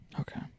Okay